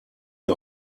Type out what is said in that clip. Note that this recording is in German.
mir